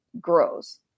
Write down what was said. grows